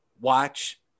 watch